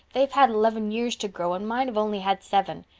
they've had eleven years to grow and mine've only had seven.